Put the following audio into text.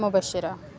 مبشرہ